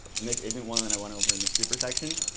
and this isn't one that i went over in the supersection,